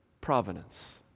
providence